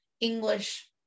English